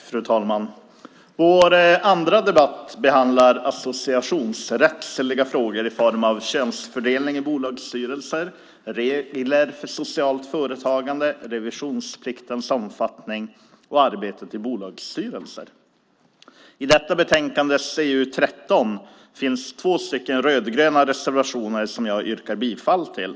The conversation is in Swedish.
Fru talman! I denna debatt behandlas associationsrättsliga frågor i form av könsfördelningen i bolagsstyrelser, regler för socialt företagande, revisionspliktens omfattning och arbetet i bolagsstyrelser. I detta betänkande, CU13, finns två rödgröna reservationer som jag yrkar bifall till.